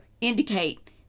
indicate